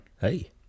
hey